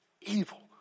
Evil